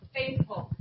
faithful